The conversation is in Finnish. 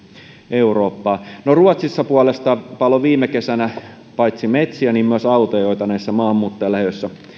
eurooppaa no ruotsissa puolestaan paloi viime kesänä paitsi metsiä myös autoja joita näissä maahanmuuttajalähiöissä